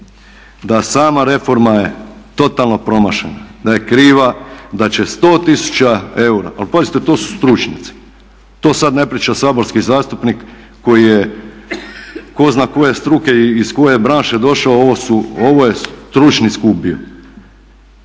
da sama reforma je totalno promašena, da je kriva, da će 100 tisuća eura, ali pazite to su stručnjaci, to sada ne priča saborski zastupnik koji je tko zna koje struke i iz koje branše došao, ovo su, ovo je stručni skup bio.